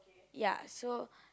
ya so